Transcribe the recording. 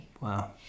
Wow